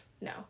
No